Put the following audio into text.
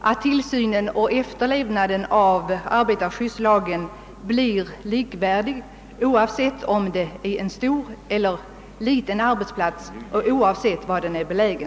att tillsynen av efterlevnaden av arbetarskyddslagen blir likvärdig, oavsett om det är en stor eller en liten arbetsplats och oavsett i vilken kommun den är belägen.